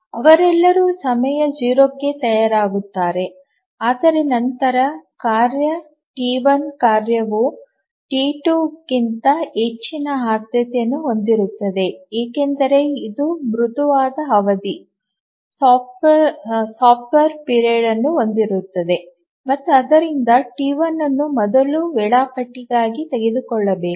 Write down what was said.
ಅವರೆಲ್ಲರೂ ಸಮಯ 0 ಕ್ಕೆ ತಯಾರಾಗುತ್ತಾರೆ ಆದರೆ ನಂತರ ಕಾರ್ಯ ಟಿ 1 ಕಾರ್ಯವು ಟಿ 2 ಗಿಂತ ಹೆಚ್ಚಿನ ಆದ್ಯತೆಯನ್ನು ಹೊಂದಿರುತ್ತದೆ ಏಕೆಂದರೆ ಇದು ಮೃದುವಾದ ಅವಧಿಯನ್ನು ಹೊಂದಿರುತ್ತದೆ ಮತ್ತು ಆದ್ದರಿಂದ ಟಿ 1 ಅನ್ನು ಮೊದಲು ವೇಳಾಪಟ್ಟಿಗಾಗಿ ತೆಗೆದುಕೊಳ್ಳಬೇಕು